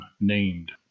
Named